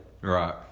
Right